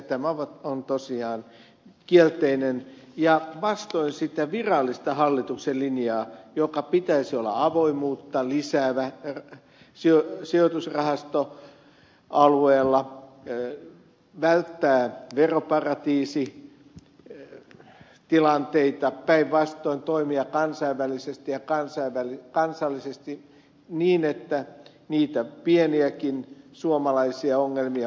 tämä on tosiaan kielteinen ja vastoin sitä virallista hallituksen linjaa jonka pitäisi olla avoimuutta lisäävä sijoitusrahastoalueella välttää veroparatiisitilanteita päinvastoin toimia kansainvälisesti ja kansallisesti niin että niitä pieniäkin suomalaisia ongelmia puretaan